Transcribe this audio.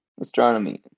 Astronomy